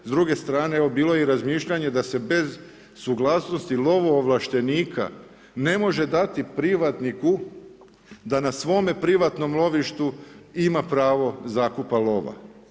S druge strane bilo je i razmišljanje da se bez suglasnosti lovoovlaštenika ne može dati privatniku da na svome privatnom lovištu ima pravo zakupa lova.